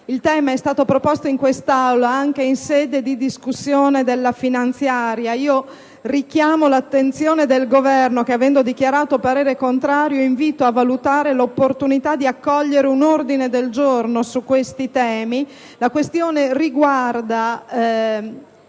Il tema è stato affrontato in quest'Aula anche in sede di discussione della finanziaria. Richiamo l'attenzione del Governo, che ha espresso un parere contrario, invitandolo a valutare l'opportunità di accogliere un ordine del giorno su questo argomento. La questione riguarda